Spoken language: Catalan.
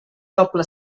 doble